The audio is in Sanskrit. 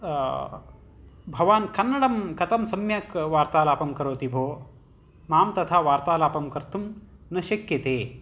भवान् कन्नडं कथं सम्यक् वार्तालापं करोति भो मां तथा वार्तालापं कर्तुं न शक्यते